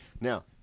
Now